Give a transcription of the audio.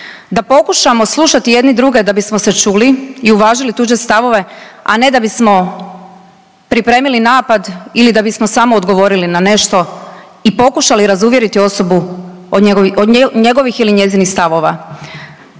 da pokušamo slušati jedni druge da bismo se čuli i uvažili tuđe stavove, a ne da bismo pripremili napad ili da bismo samo odgovorili na nešto i pokušali razuvjeriti osobu od njegovih ili njezinih stavova.